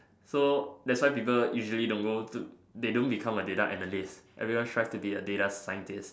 so that's why people usually don't go to they don't become a data analyst everyone strive to become a data scientist